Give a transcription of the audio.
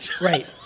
Right